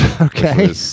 okay